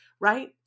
right